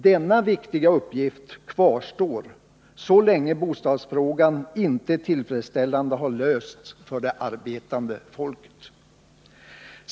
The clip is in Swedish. Denna viktiga uppgift kvarstår så länge bostadsfrågan inte tillfredsställande har lösts för det arbetande folket.